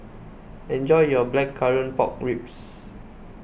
enjoy your Blackcurrant Pork Ribs